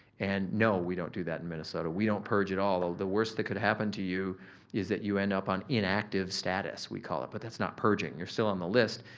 and no, we don't do that in minnesota. we don't purge it all. the worst that could happen to you is that you end up on inactive status, we call it but that's not purging. you're still on the list.